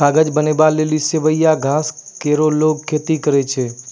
कागज बनावै लेलि सवैया घास केरो लोगें खेती करै छै